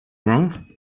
wrong